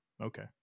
Okay